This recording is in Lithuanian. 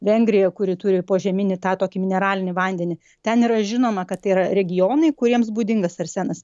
vengrija kuri turi požeminį tą tokį mineralinį vandenį ten yra žinoma kad tai yra regionai kuriems būdingas arsenas